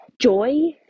joy